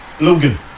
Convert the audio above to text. Logan